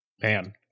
Man